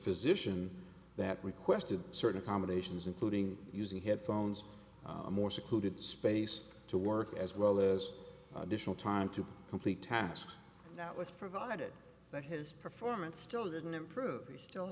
physician that requested certain accommodations including using headphones more secluded space to work as well as additional time to complete tasks that was provided but his performance still didn't improve he still